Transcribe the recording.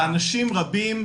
ואנשים רבים,